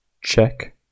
check